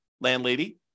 landlady